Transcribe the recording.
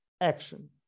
action